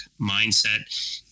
mindset